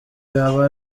yaba